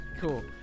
Cool